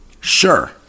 Sure